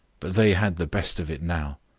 but they had the best of it now.